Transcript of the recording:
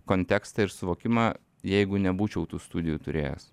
kontekstą ir suvokimą jeigu nebūčiau tų studijų turėjęs